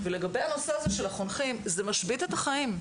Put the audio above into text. לגבי הנושא של החונכים, זה משבית את החיים.